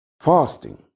fasting